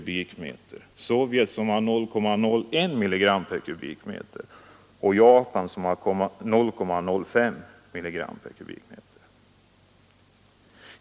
, för Sovjet 0,01 mg m?.